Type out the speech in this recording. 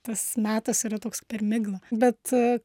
tas metas yra toks per miglą bet